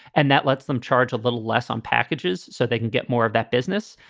and that lets them charge a little less on packages so they can get more of that business.